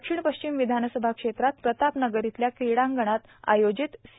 दक्षिण पश्चिम विधानसभा क्षेत्रात प्रतापनगर इथल्या क्रिडागंणात आयोजित सी